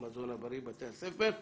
המזון הבריא בבתי הספר.